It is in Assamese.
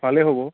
ভালে হ'ব